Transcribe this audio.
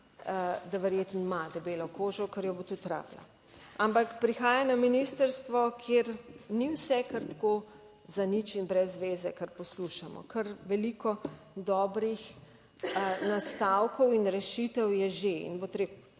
da verjetno ima debelo kožo, ker jo bo tudi rabila. Ampak prihaja na ministrstvo, kjer ni vse kar tako za nič in brez zveze, kar poslušamo. Kar veliko dobrih nastavkov in rešitev je že in bo treba